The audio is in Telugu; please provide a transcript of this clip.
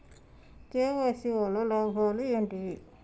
కే.వై.సీ వల్ల లాభాలు ఏంటివి?